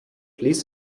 ließ